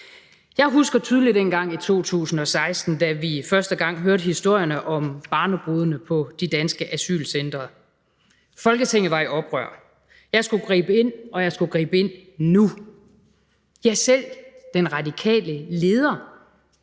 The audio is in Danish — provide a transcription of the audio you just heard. Jeg husker tydeligt dengang i 2016, da vi første gang hørte historierne om barnebrudene på de danske asylcentre. Folketinget var i oprør. Jeg skulle gribe ind, og jeg skulle gribe ind nu. Ja, selv den radikale leder,